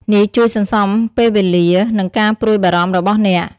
នេះជួយសន្សំពេលវេលា និងការព្រួយបារម្ភរបស់អ្នក។